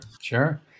sure